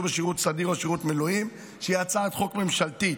בשירות סדיר או בשירות מילואים) היא הצעת חוק ממשלתית.